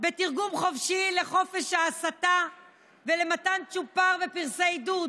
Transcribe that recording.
בתרגום חופשי לחופש ההסתה ולמתן צ'ופר ופרסי עידוד